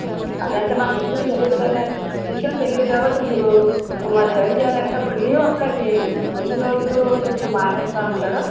అదంటే మాకు విషయం తెలీదు కదా విషయం తెలీదు కాబట్టి మీరు మరేమి చెయ్యాలంటే ఇప్పుడు లీవ్ అప్లై చెయ్యండి ఎన్ని రోజులు కొంచెం మానేస్తూ ఉంటాడో